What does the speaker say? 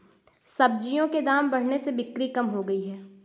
सब्जियों के दाम बढ़ने से बिक्री कम हो गयी है